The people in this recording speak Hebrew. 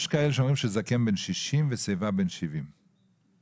יש כאלה שאומרים שזקן מיוחס לגיל 60 ושיבה מיוחסת לגיל 70,